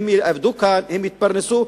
הם יעבדו כאן, הם יתפרנסו.